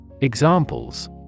Examples